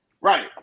Right